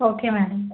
okay madam